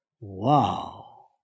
Wow